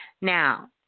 Now